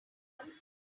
open